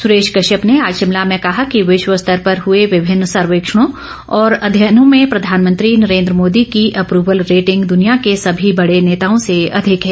सुरेश कश्यप ने आँज शिमला में कहा कि विश्व स्तर पर हुए विभिन्न सर्वेक्षणों और अध्ययनों में प्रधानमंत्री नरेंद्र मोदी की अप्रवल रेटिग दूनिया के सभी बड़े नेताओं से अधिक है